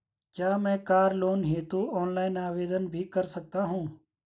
क्या मैं car loan हेतु ऑनलाइन आवेदन भी कर सकता हूँ?